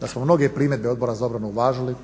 da smo mnoge primjedbe Odbora za obranu uvažili